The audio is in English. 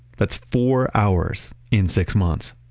that's four hours in six months.